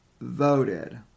voted